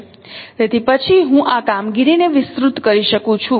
તેથી પછી હું આ કામગીરીને વિસ્તૃત કરી શકું છું